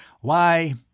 Why